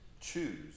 choose